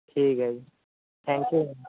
ਠੀਕ ਆ ਜੀ ਥੈਂਕ ਯੂ